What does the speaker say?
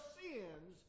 sins